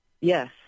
Yes